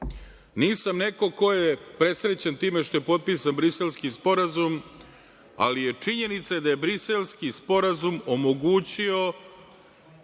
neko ko je presrećan time što je potpisan Briselski sporazum, ali je činjenica da je Briselski sporazum omogućio